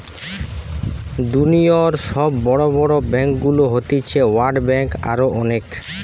দুনিয়র সব বড় বড় ব্যাংকগুলো হতিছে ওয়ার্ল্ড ব্যাঙ্ক, আরো অনেক